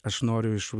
aš noriu iš